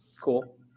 Cool